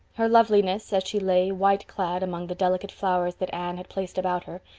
her loveliness, as she lay, white-clad, among the delicate flowers that anne had placed about her,